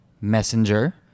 Messenger